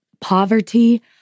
poverty